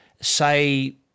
say –